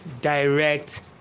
direct